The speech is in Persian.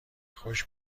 خوش